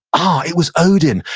ah, it was odin.